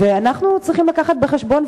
ואנחנו צריכים לקחת בחשבון,